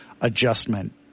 adjustment